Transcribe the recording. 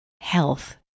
health